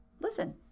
listen